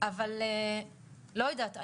אבל לא יודעת,